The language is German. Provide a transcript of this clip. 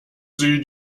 sie